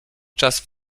czas